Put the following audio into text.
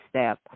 step